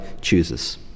chooses